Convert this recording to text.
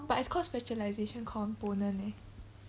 but it's course specialisation component eh